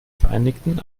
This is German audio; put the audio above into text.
vereinigten